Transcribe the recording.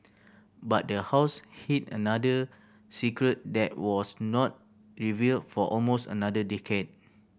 but the house hid another secret that was not revealed for almost another decade